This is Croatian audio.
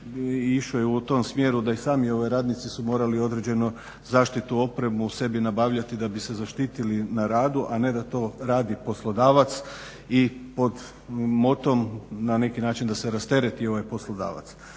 išao je u tom smjeru da i sami radnici su morali određenu zaštitu i opremu sebi nabavljati da bi se zaštitili na radu, a ne da to radi poslodavac. I pod motom na neki način da se rastereti ovaj poslodavac.